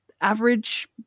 average